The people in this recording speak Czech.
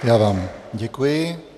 Já vám děkuji.